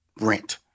rent